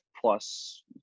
plus